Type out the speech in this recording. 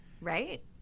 Right